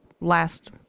last